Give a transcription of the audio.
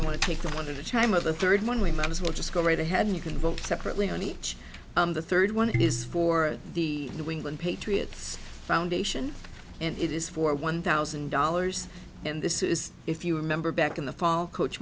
you want to take the i want to chime of the third one we might as well just go right ahead and you can vote separately on each of the third one is for the new england patriots foundation and it is for one thousand dollars and this is if you remember back in the fall coach